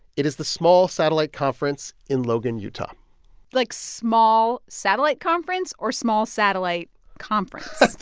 it is the small satellite conference in logan, utah like, small satellite conference or small satellite conference?